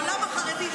העולם החרדי,